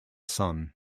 son